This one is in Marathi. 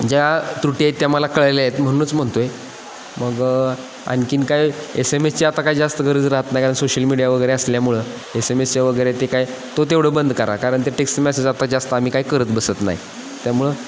ज्या त्रुटी आहेत त्या मला कळल्या आहेत म्हणूनच म्हणतो आहे मग आणखी काय एस एम एसचे आता काय जास्त गरज राहत नाही कारण सोशल मीडिया वगैरे असल्यामुळं एस एम एसच्या वगैरे आहेत ते काय तो तेवढं बंद करा कारण ते टेक्स्ट मॅसेज आता जास्त आम्ही काय करत बसत नाही त्यामुळं